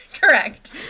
Correct